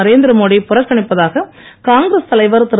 நரேந்திர மோடி புறக்கணிப்பதாக காங்கிரஸ் தலைவர் திரு